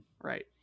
Right